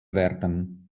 werden